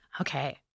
Okay